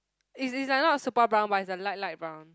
it's it's like not super brown but it's a light light brown